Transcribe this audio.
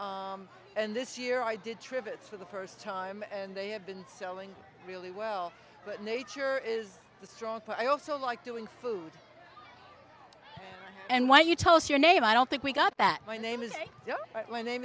and this year i did tributes for the first time and they have been selling really well but nature is the strong but i also like doing food and why you tell us your name i don't think we got that my name is joe my name